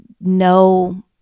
no